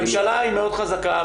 הממשלה היא מאוד חזקה,